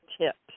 tips